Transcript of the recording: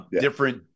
different